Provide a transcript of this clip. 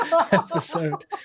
episode